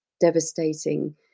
devastating